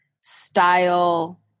style